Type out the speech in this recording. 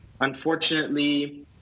unfortunately